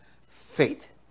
faith